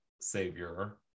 savior